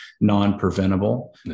non-preventable